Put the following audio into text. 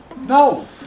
no